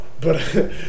but-